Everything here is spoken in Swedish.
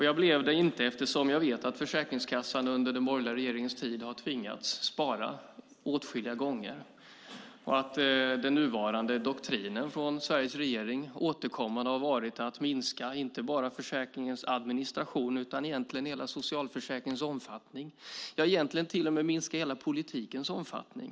Jag blev det inte eftersom jag vet att Försäkringskassan under den borgerliga regeringens tid har tvingats spara åtskilliga gånger och att den nuvarande doktrinen från Sveriges regering återkommande har varit att minska inte bara försäkringens administration utan egentligen hela socialförsäkringens omfattning, ja till och med minska hela politikens omfattning.